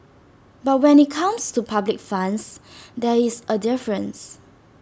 but when IT comes to public funds there is A difference